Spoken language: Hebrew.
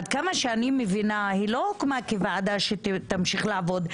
עד כמה שאני מבינה היא לא הוקמה כוועדה שתמשיך לעבוד,